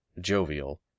jovial